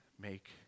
make